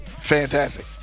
fantastic